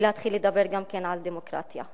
ולהתחיל לדבר גם כן על דמוקרטיה.